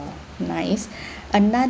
nice another